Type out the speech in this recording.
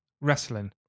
Wrestling